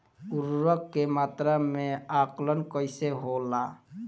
उर्वरक के मात्रा में आकलन कईसे होला?